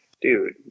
dude